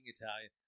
italian